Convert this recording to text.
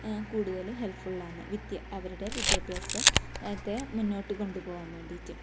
കൂടുതൽ ഹെൽപ്ഫുള്ളാന്ന് വിദ്യ അവരുടെ വിദ്യാഭ്യാസ ത്തെ മുന്നോട്ട് കൊണ്ടു പോവാൻ വേണ്ടീട്ട്